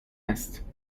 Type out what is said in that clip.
است